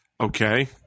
Okay